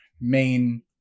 main